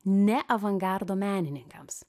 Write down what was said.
ne avangardo menininkams